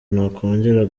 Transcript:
nakongera